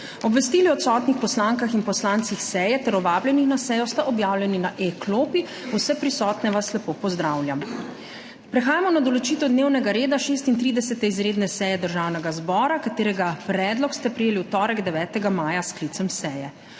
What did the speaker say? Obvestili o odsotnih poslankah in poslancih seje ter o vabljeni na sejo sta objavljeni na e-klopi. Vse prisotne vas lepo pozdravljam! Prehajamo na **določitev dnevnega reda** 36. izredne seje Državnega zbora, katerega predlog ste prejeli v torek, 9. maja s sklicem seje.